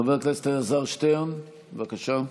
חבר הכנסת אלעזר שטרן, בבקשה.